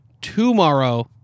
tomorrow